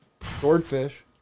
Swordfish